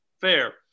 fair